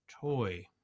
toy